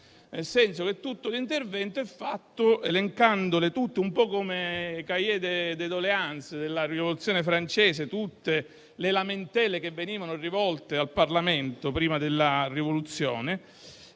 tutto l'intervento è stato fatto elencandole tutte, un po' come il *cahier de doléances* della Rivoluzione francese, contenente tutte le lamentele che venivano rivolte al Parlamento prima della Rivoluzione;